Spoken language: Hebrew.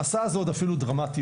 בהסעה זה אפילו עוד יותר דרמטי